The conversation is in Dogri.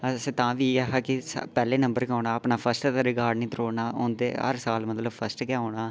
अस तां बी इ'यै हा कि पैह्ले नम्बर गै औना अपना फर्स्ट दा रिकार्ड नी तोड़ना औंदे मतलब हर साल फर्स्ट गै होना